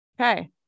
Okay